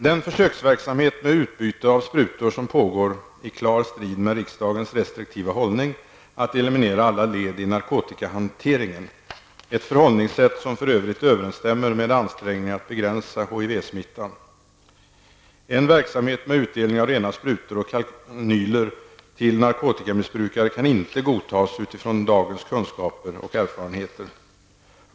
Den försöksverksamhet med utbyte av sprutor som pågår sker i klar strid med riksdagens restriktiva hållning när det gäller att eliminera alla led i narkotikahanteringen, ett förhållningssätt som för övrigt överensstämmer med ansträngningarna att begränsa HIV-smittan. En verksamhet med utdelning av rena sprutor och kanyler till narkotikamissbrukare kan inte godtas utifrån dagens kunskaper och erfarenheter.